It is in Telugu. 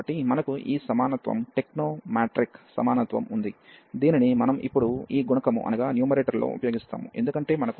కాబట్టి మనకు ఈ సమానత్వం టెక్నోమాట్రిక్ సమానత్వం ఉంది దీనిని మనం ఇప్పుడు ఈ గుణకము లో ఉపయోగిస్తాము ఎందుకంటే మనకు sin nπy ఉంది